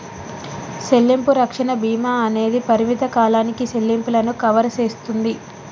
సెల్లింపు రక్షణ భీమా అనేది పరిమిత కాలానికి సెల్లింపులను కవర్ సేస్తుంది